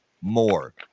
more